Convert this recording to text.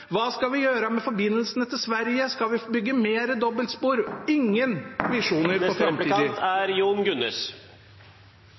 Hva skal vi gjøre med forbindelsene til Sverige? Skal vi bygge mer dobbeltspor? Det er ingen